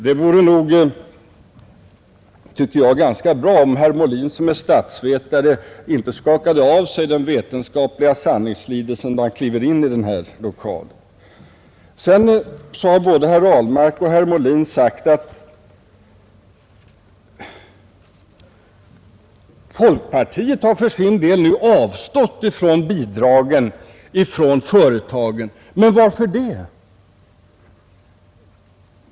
Det vore nog, tycker jag, ganska bra om herr Molin, som är statsvetare, inte skakade av sig den vetenskapliga sanningslidelsen när han kliver in i den här lokalen. Vidare har både herr Ahlmark och herr Molin sagt att folkpartiet för sin del nu har avstått från bidragen från företagen. Men varför det?